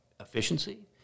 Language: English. efficiency